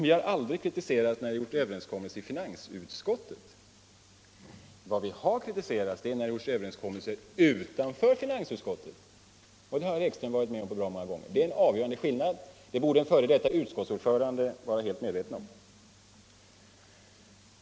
Vi har aldrig kritiserat att det har träffats uppgörelser i finansutskottet: Vad vi har kritiserat är när det gjorts överenskommelser utanför finansutskottet. Och det har herr Ekström varit med om bra många gånger. Det är den avgörande skillnaden. Det borde en f. d. utskottsordförande vara helt medveten om.